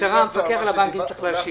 המפקח על הבנקים צריך להשיב.